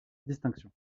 distinction